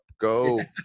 Go